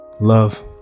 Love